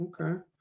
okay